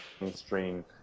mainstream